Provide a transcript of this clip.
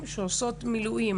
שעושות מילואים.